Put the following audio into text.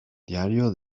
diario